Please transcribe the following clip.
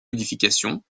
modifications